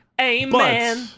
Amen